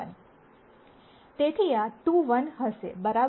તેથી આ 2 1 હશેબરાબર